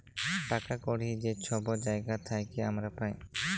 টাকা কড়হি যে ছব জায়গার থ্যাইকে আমরা পাই